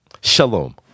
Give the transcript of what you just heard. Shalom